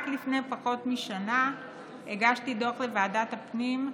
רק לפני פחות משנה הגשתי דוח לוועדת הפנים,